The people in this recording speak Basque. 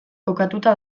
kokatuta